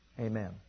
Amen